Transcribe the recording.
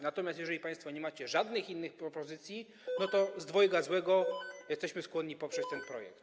Natomiast jeżeli państwo nie macie żadnych innych propozycji, to z dwojga złego jesteśmy skłonni poprzeć ten projekt.